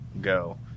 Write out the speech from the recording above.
go